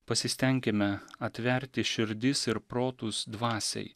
pasistenkime atverti širdis ir protus dvasiai